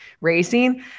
racing